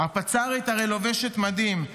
הפצ"רית הרי לובשת מדים,